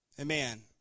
Amen